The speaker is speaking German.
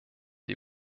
die